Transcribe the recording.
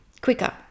quicker